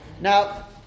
now